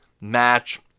match